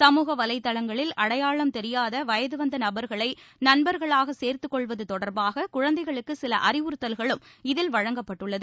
சமூக வலைதளங்களில் அடையாம் தெரியாத வயதுவந்த நபர்களை நண்பர்களாக சேர்த்துக்கொள்வது தொடர்பாக குழந்தைகளுக்கு சில அறிவுறுத்தல்களும் இதில் வழங்கப்பட்டுள்ளது